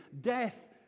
Death